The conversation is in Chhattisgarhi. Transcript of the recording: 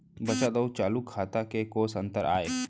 बचत अऊ चालू खाता में कोस अंतर आय?